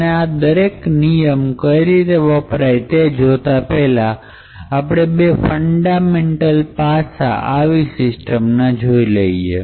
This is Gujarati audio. હવે આ દરેક નિયમ કઈ રીતે વપરાય છે તે જોતા પહેલા આપણે બે ફંડામેન્ટલ પાસા આવી સિસ્ટમ ના જોઈએ